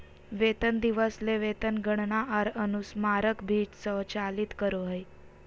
वेतन दिवस ले वेतन गणना आर अनुस्मारक भी स्वचालित करो हइ